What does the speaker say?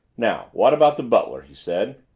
now, what about the butler? he said.